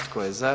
Tko je za?